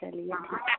चलिए ठीक है